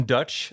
Dutch